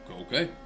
Okay